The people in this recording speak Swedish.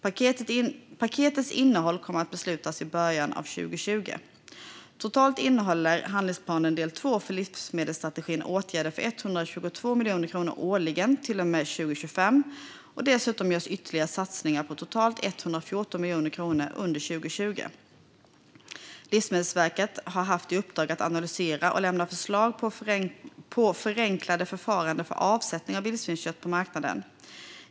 Paketets innehåll kommer att beslutas i början av 2020. Totalt innehåller handlingsplanen del 2 för livsmedelsstrategin åtgärder för 122 miljoner kronor årligen till och med 2025. Dessutom görs ytterligare satsningar på totalt 114 miljoner kronor under 2020. Livsmedelsverket har haft i uppdrag att analysera och lämna förslag på förenklade förfaranden för avsättning av vildsvinskött på marknaden.